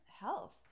health